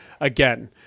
again